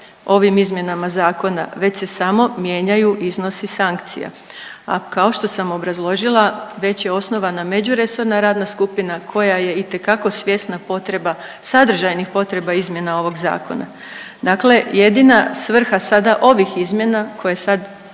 ovim izmjenama zakona već se samo mijenjaju iznosi sankcija, a kao što sam obrazložila, već je osnovana međuresorna radna skupina koja je itekako svjesna potreba, sadržajnih potreba izmjena ovog Zakona. Dakle jedina svrha sada ovih izmjena koje sad